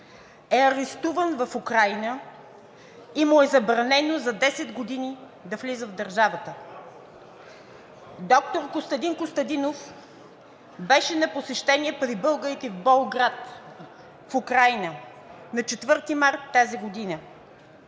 е арестуван в Украйна и му е забранено за 10 години да влиза в държавата. Доктор Костадин Костадинов беше на посещение при българите в Болград, Украйна, на 4 март тази година.